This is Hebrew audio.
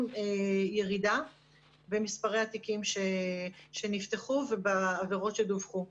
ירידה במספרי התיקים שנפתחו ובעבירות עליהן דווח.